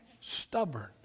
Stubborn